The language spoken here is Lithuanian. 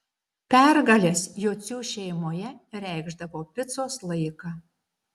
pergalės jocių šeimoje reikšdavo picos laiką